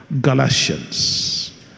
Galatians